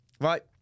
Right